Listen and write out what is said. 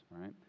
right